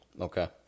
Okay